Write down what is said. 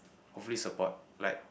hopefully support like